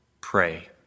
pray